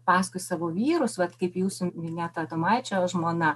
paskui savo vyrus vat kaip jūsų minėta adomaičio žmona